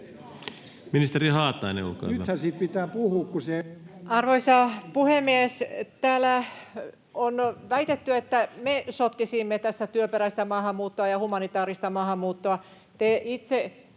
Arvoisa puhemies! Täällä on väitetty, että me sotkisimme tässä työperäistä maahanmuuttoa ja humanitaarista maahanmuuttoa.